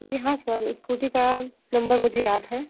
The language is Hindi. जी हाँ सर स्कूटी का नंबर मुझे याद है